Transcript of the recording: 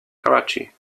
karachi